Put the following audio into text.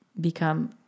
become